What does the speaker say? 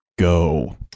go